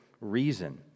reason